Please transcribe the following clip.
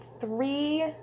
three